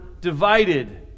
divided